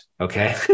Okay